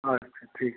अच्छा ठीक है